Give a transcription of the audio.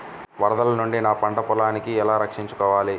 వరదల నుండి నా పంట పొలాలని ఎలా రక్షించాలి?